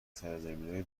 سرزمینای